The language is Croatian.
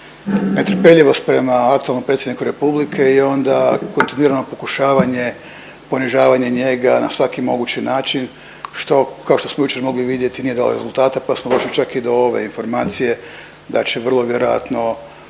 netrpeljivost prema aktualnom Predsjedniku Republike i onda kontinuirano pokušavanje ponižavanje njega na svaki mogući način što, kao što smo jučer mogli vidjeti nije dalo rezultata pa smo došli čak i do ove informacije da će vrlo vjerojatno